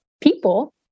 people